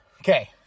Okay